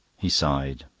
he sighed,